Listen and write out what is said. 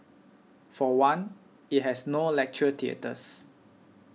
for one it has no lecture theatres